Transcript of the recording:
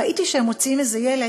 ראיתי שהם מוציאים איזה ילד,